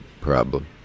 problem